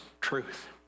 truth